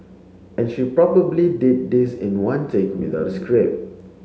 and she probably did this in one take without a script